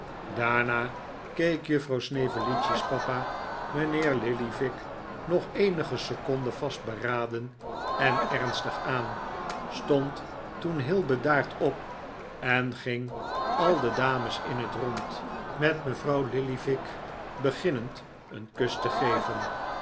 daarna keek juffrouw snevellicci's papa mijnheer lillyvick nog eenige seconden vastberaden en ernstig aan stond toen heel bedaard op en ging al de dames in het rond met mevrouw lillyvick beginnend een kus geven